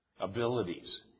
abilities